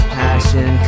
passion